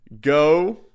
go